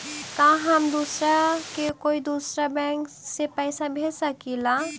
का हम दूसरा के कोई दुसरा बैंक से पैसा भेज सकिला?